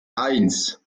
eins